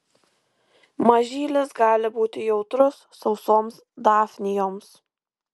mažylis gali būti jautrus sausoms dafnijoms